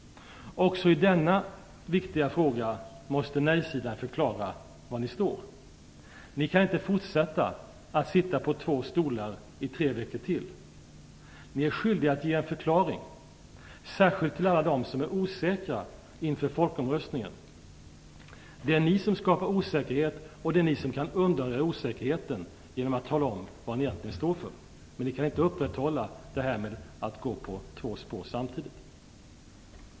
Också i denna viktiga fråga måste ni på nej-sidan förklara var ni står. Ni kan inte fortsätta att sitta på två stolar i tre veckor till. Ni är skyldiga att ge en förklaring, särskilt till alla dem som är osäkra inför folkomröstningen. Det är ni som skapar osäkerhet, och det är ni som kan undanröja osäkerheten genom att tala om vad ni egentligen står för. Men ni kan inte gå på två spår samtidigt.